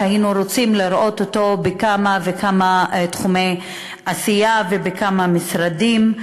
שהיינו רוצים לראות אותו בכמה וכמה תחומי עשייה ובכמה משרדים.